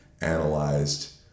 analyzed